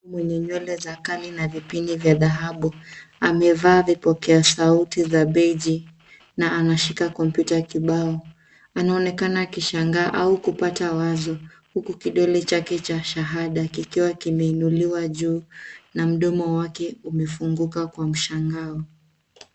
Mwenye nywele za kali na vipini vya dhahabu, amevaa vipokea sauti za beige na anashika kompyuta kibao. Anaonekana akishangaa au kupata wazo huku kidole chake cha shahada kikiwa kimeinuliwa juu na mdomo wake umefunguka kwa mshangao.